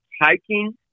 hiking